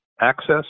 access